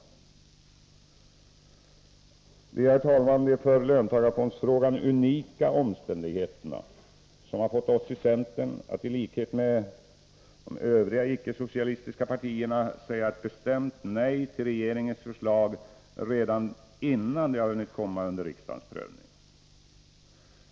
Det är, herr talman, de för löntagarfondsfrågan unika omständigheterna som har fått oss i centern att i likhet med de övriga icke-socialistiska partierna säga ett bestämt nej till regeringens förslag redan innan det har hunnit komma under riksdagens prövning.